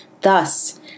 Thus